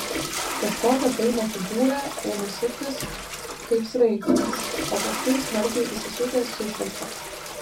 kažkokią painią figūrą ėmė suktis kaip sraigtas o paskui smarkiai įsisukęs sušvilpė